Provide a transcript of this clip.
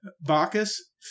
Bacchus